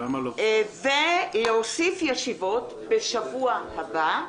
ולהוסיף ישיבות בשבוע הבא: